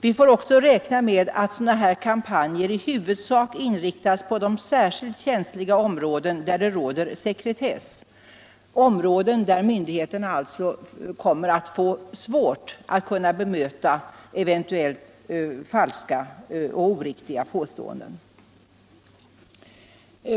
Vi får också räkna med att sådana kampanjer i huvudsak inriktas på de särskilt känsliga områden där det råder sekretess, områden där myndigheterna alltså kommer att få svårt att bemöta eventuellt falska och oriktiga påståenden.